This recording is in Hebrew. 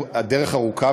הדרך ארוכה,